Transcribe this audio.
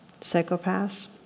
psychopaths